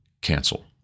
cancel